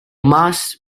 más